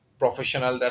professional